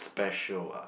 special ah